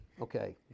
Okay